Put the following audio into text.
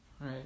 right